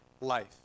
life